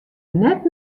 net